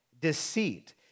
deceit